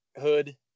hood